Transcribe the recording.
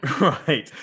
Right